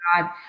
god